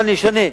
ואני אשנה,